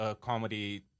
comedy